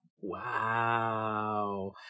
Wow